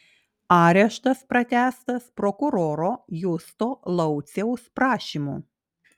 areštas pratęstas prokuroro justo lauciaus prašymu